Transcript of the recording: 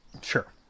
sure